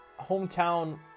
hometown